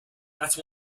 that